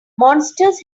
monsters